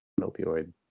opioid